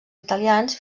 italians